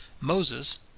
Moses